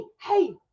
hey